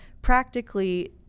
practically